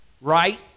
right